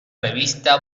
revista